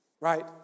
right